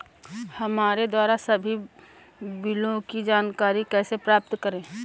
हमारे द्वारा सभी बिलों की जानकारी कैसे प्राप्त करें?